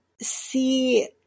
see